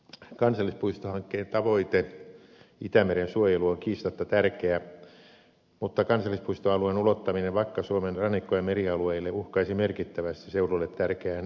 kansallispuistohankkeen tavoite itämeren suojelu on kiistatta tärkeä mutta kansallispuistoalueen ulottaminen vakka suomen rannikko ja merialueille uhkaisi merkittävästi seudulle tärkeän elinkeinokalatalouden harjoittamista